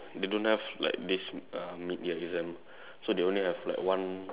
they don't have like this uh mid year exam so they only have like one